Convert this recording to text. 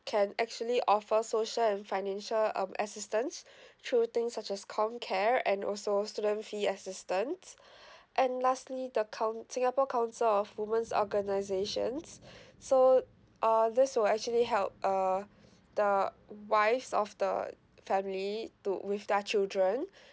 can actually offer social and financial um assistance through things such as comcare and also student fee assistance and lastly the coun~ singapore council of woman's organisations so all these will actually help uh the wives of the family to with their children